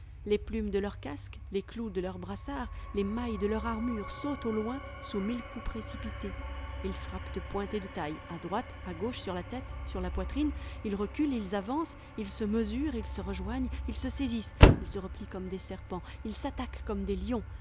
les plumes de leur casque les clous de leurs brassards les mailles de leur armure sautent au loin sous mille coups précipités ils frappent de pointe et de taille à droite à gauche sur la tête sur la poitrine ils reculent ils avancent ils se mesurent ils se rejoignent ils se saisissent ils se replient comme des serpents ils s'attaquent comme des lions